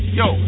yo